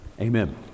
Amen